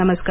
नमस्कार